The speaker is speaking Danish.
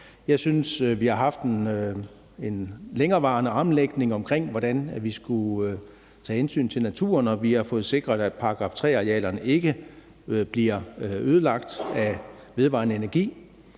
Jeg synes, vi har haft en længerevarende armlægning omkring, hvordan vi skulle tage hensyn til naturen, og at vi har fået sikret, at § 3-arealerne ikke bliver ødelagt af vedvarende energi.